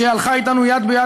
שהלכה איתנו יד ביד,